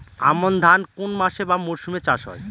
আমন ধান কোন মাসে বা মরশুমে চাষ হয়?